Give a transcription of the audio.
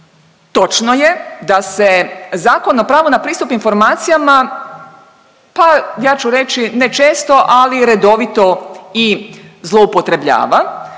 Točno je da se Zakon o pravu na pristup informacijama, pa, ja ću reći, ne često, ali redovito i zloupotrebljava,